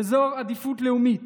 באזור עדיפות לאומית,